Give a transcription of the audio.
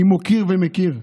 כי אני מוקיר ומכיר.